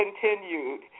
continued